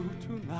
tonight